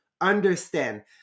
understand